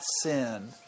sin